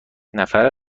نفر